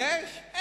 יש?